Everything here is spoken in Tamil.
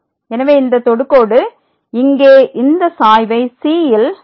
எனவே இந்த தொடுகோடு இங்கே இந்த சாய்வை c ல் f டிவைடட் பை gc